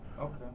Okay